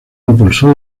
impulsó